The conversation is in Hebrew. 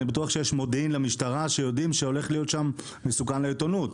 אני בטוח שיש מודיעין למשטרה שיודעים שהולך להיות שם מסוכן לעיתונות,